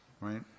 right